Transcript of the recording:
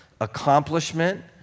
Accomplishment